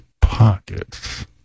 pockets